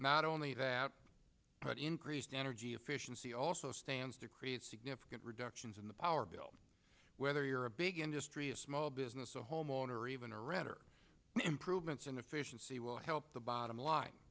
not only that but increased energy efficiency also stands to create significant reductions in the power bill whether you're a big industry a small business a homeowner even a renter improvements and efficiency will help the